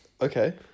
Okay